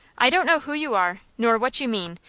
i don't know who you are nor what you mean,